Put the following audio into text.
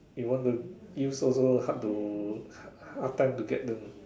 if want to use also hard to hard hard time to get them